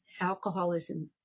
alcoholism